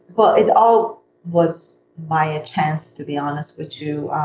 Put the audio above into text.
well, it all was by a chance to be honest with you.